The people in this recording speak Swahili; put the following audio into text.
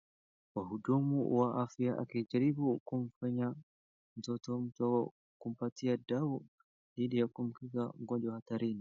Mhudumu wa afya akijaribu kumfanya mtoto mdogo kumpatia dawa dhidi ya kumkinga magonjwa hatarini.